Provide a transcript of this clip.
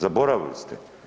Zaboravili ste.